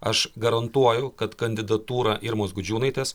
aš garantuoju kad kandidatūrą irmos gudžiūnaitės